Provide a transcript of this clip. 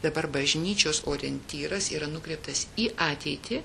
dabar bažnyčios orientyras yra nukreiptas į ateitį